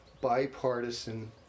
bipartisan